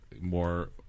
more